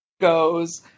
goes